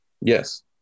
Yes